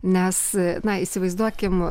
nes na įsivaizduokim